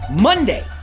Monday